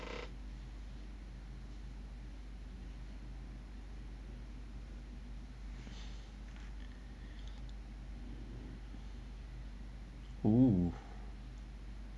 oh